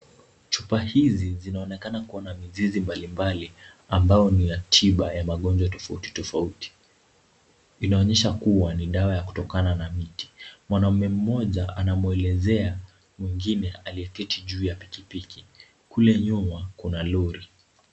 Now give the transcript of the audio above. Chupa hizi zinaonekana kuwa na mizizi mbali mbali ambayo ni ya tiba ya magonjwa tofauti tofauti inaonyesha ni dawa ya kutokana na miti, mwanaume mmoja anamwelezea mwengine aliyeketi juu ya pikipiki kule nyuma kuna lori.